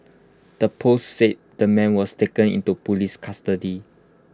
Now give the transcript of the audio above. the post said the man was taken into Police custody